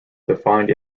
defined